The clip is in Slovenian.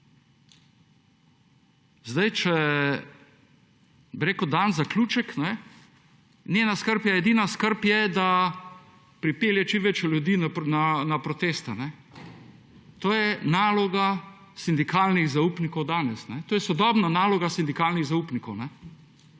Če bi rekel dam zaključek, njena skrb je edina skrbe je, da pripelje čim več ljudi na proteste. To je naloga sindikalnih zaupnikov danes, to je sodobna naloga sindikalnih zaupnikov.